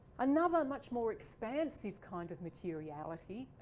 another much more expansive kind of materiality,